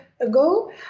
ago